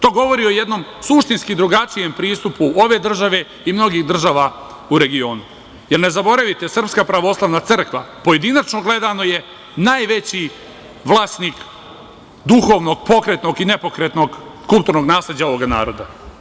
To govori o jednom suštinski drugačijem pristupu ove države i mnogih država u regionu, jer, ne zaboravite SPC pojedinačno gledano je najveći vlasnik duhovnog pokretnog i nepokretnog kulturnog nasleđa ovog naroda.